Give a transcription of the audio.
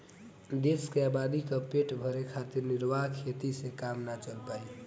देश के आबादी क पेट भरे खातिर निर्वाह खेती से काम ना चल पाई